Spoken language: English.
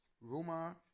Roma